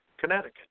Connecticut